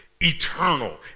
eternal